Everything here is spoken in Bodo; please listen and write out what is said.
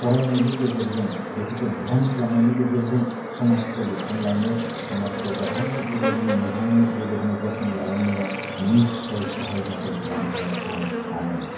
फरायनायनि गेजेरजों बेफोरखौ धीयान खालामनायनि गेजेरजों समाजखौ लुखांलांनो समाजखौ गाहामै बेबादिनो मोजाङै बेबादिनो जोथोन लालांनायाव निसय सहाय जागोन होननानैहाय आं सानो